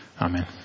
Amen